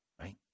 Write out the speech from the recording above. right